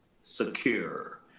secure